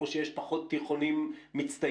או שיש פחות תיכונים מצטיינים?